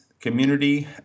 community